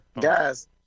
guys